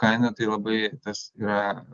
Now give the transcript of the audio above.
kaina tai labai tas yra